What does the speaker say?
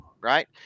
right